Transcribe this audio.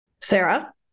Sarah